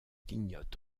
clignote